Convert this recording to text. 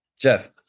Jeff